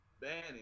banning